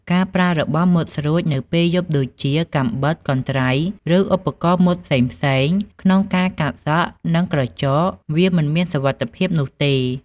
ការប្រើរបស់មុតស្រួច នៅពេលយប់ដូចជា កាំបិត កន្ត្រៃ ឬឧបករណ៍មុតផ្សេងៗក្នុងការកាត់សក់ និងក្រចក វាមិនមានសុវត្ថិភាពនោះទេ។